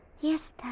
Yes